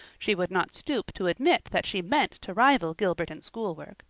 she would not stoop to admit that she meant to rival gilbert in schoolwork,